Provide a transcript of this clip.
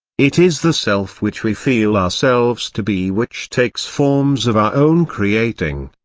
it is the self which we feel ourselves to be which takes forms of our own creating.